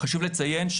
חשוב לציין,